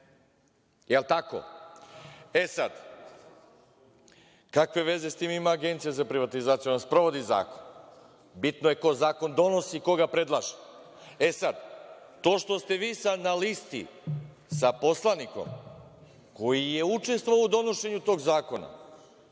Jel tako? E, sada, kakve veze sa tim ima Agencija za privatizaciju? Ona sprovodi zakon. Bitno je ko zakon donosi i ko ga predlaže. Sada, to što ste vi sada na listi sa poslanikom koji je učestvovao u donošenju tog zakona,